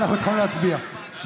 אנחנו עוברים להצבעה.